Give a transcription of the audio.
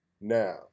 now